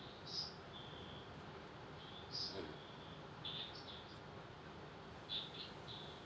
mm